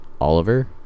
Oliver